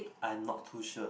I'm not too sure